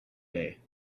day